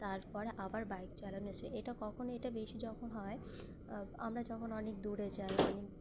তারপরে আবার বাইক চালানো এসে এটা কখনো এটা বেশি যখন হয় আমরা যখন অনেক দূরে যাই অনেক